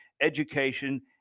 education